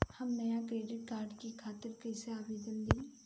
हम नया debit card के खातिर कइसे आवेदन दीं?